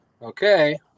Okay